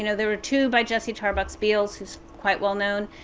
you know there were two by jessie tarbox beals who's quite well-known,